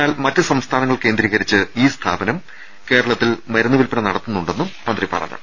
എന്നാൽ മറ്റു സംസ്ഥാനങ്ങൾ കേന്ദ്രീകരിച്ച് ഈ സ്ഥാപനം കേരളത്തിൽ മരുന്നുവില്പന നടത്തുന്നുണ്ടെന്നും മന്ത്രി പറഞ്ഞു